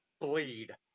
bleed